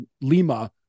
lima